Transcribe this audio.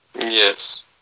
Yes